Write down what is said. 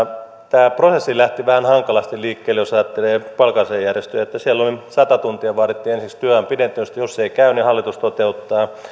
tämä prosessi lähti vähän hankalasti liikkeelle jos ajattelee palkansaajajärjestöjä sata tuntia vaadittiin ensiksi työajan pidentämistä ja jos se ei käy hallitus toteuttaa